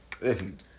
Listen